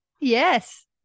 Yes